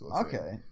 Okay